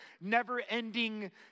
never-ending